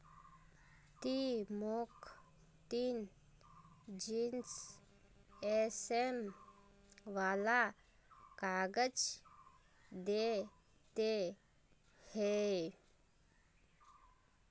ती मौक तीस जीएसएम वाला काग़ज़ दे ते हैय्